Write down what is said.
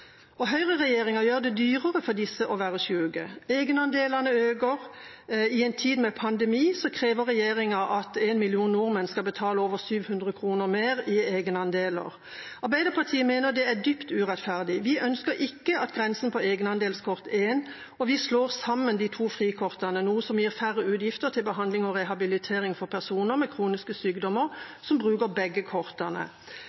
Høyreregjeringa gjør det dyrere for disse å være syke. Egenandelene øker. I en tid med pandemi krever regjeringa at én million nordmenn skal betale over 700 kr mer i egenandeler. Arbeiderpartiet mener det er dypt urettferdig. Vi ønsker ikke grense på egenandelskort 1, og vi vil slå sammen de to frikortene, noe som vil gi færre utgifter til behandling og rehabilitering for personer med kroniske